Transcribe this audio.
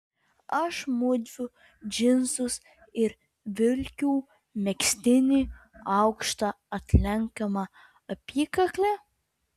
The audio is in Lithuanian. aš mūviu džinsus ir vilkiu megztinį aukšta atlenkiama apykakle